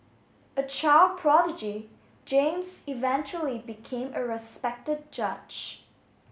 a child prodigy James eventually became a respected judge